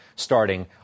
starting